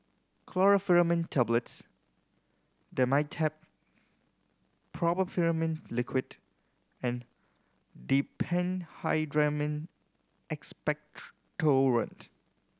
Chlorpheniramine Tablets Dimetapp Brompheniramine Liquid and Diphenhydramine Expectorant